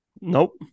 Nope